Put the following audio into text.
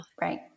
Right